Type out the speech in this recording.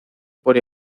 por